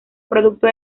producto